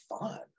fun